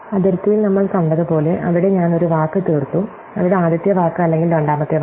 അതിർത്തിയിൽ നമ്മൾ കണ്ടതുപോലെ അവിടെ ഞാൻ ഒരു വാക്ക് തീർത്തു അവിടെ ആദ്യത്തെ വാക്ക് അല്ലെങ്കിൽ രണ്ടാമത്തെ വാക്ക്